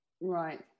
right